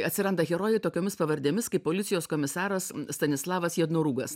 atsiranda herojai tokiomis pavardėmis kaip policijos komisaras stanislavas jednorūgas